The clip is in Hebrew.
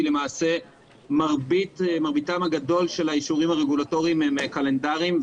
כי למעשה מרביתם הגדול של האישורים הרגולטוריים הם קלנדריים,